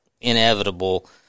inevitable